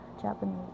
Japanese